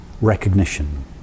recognition